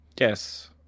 Yes